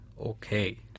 Okay